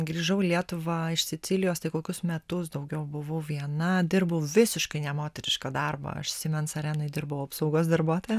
grįžau į lietuvą iš sicilijos tai kokius metus daugiau buvau viena dirbau visiškai nemoterišką darbą aš symens arenoj dirbau apsaugos darbuotoja